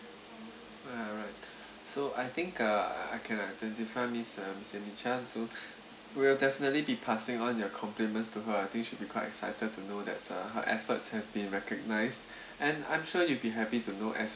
well alright so I think uh I can identify miss uh miss amy chan so we'll definitely be passing on your compliments to her I think she'll be quite excited to know that uh her efforts have been recognized and I'm sure you'll be happy to know as